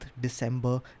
december